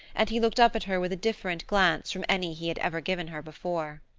and he looked up at her with a different glance from any he had ever given her before.